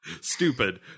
stupid